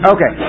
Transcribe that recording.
Okay